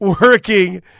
working